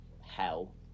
hell